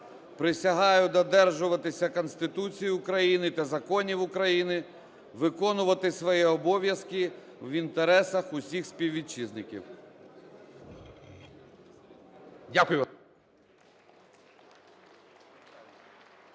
Присягаю додержуватися Конституції України та законів України, виконувати свої обов'язки в інтересах усіх співвітчизників.